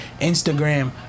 Instagram